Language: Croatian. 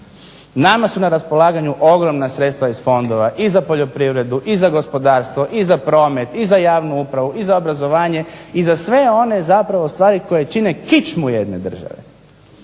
Nama su na raspolaganju ogromna sredstva iz fondova i za poljoprivredu i za gospodarstvo i za promet i za javnu upravu i za obrazovanje i za sve one zapravo stvari koje čine kičmu jedne države.